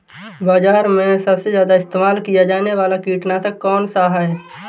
बाज़ार में सबसे ज़्यादा इस्तेमाल किया जाने वाला कीटनाशक कौनसा है?